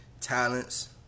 talents